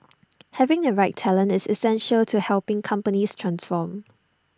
having the right talent is essential to helping companies transform